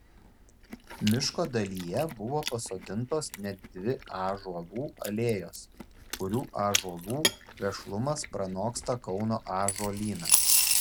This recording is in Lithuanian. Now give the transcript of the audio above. miško dalyje buvo pasodintos net dvi ąžuolų alėjos kurių ąžuolų vešlumas pranoksta kauno ąžuolyną